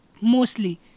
mostly